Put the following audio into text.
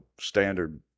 standard